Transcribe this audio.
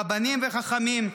רבנים וחכמים,